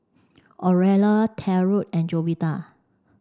Aurelia Trent and Jovita